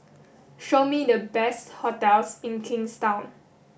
show me the best hotels in Kingstown